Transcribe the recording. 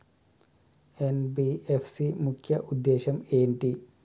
NBFC ముఖ్య ఉద్దేశం ఏంటి?